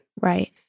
right